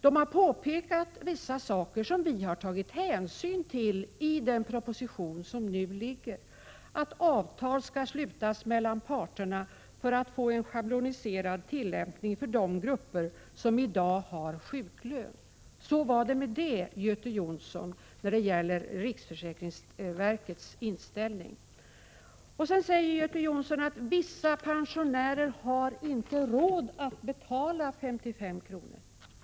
Man har gjort vissa påpekanden, som vi har tagit hänsyn till i den proposition som nu ligger — bl.a. att avtal skall slutas mellan parterna för att det skall bli en schabloniserad tillämpning för de grupper som i dag har sjuklön. Så var det när det gäller riksförsäkringsverkets inställning, Göte Jonsson. Vidare säger Göte Jonsson att vissa pensionärer inte har råd att betala 55 kr.